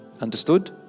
Understood